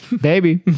baby